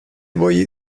boy